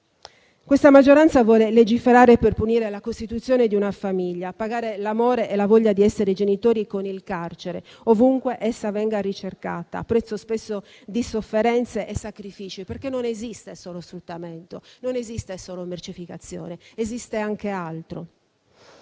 Questa maggioranza vuole legiferare per punire la costituzione di una famiglia, pagare l'amore e la voglia di essere genitori con il carcere, ovunque essa venga ricercata, a prezzo spesso di sofferenze e sacrifici. Non esistono solo sfruttamento e mercificazione, ma anche altro.